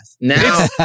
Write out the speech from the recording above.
Now